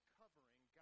covering